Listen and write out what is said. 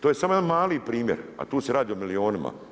To je samo jedan mali primjer, a tu se radi o milijunima.